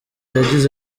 yagize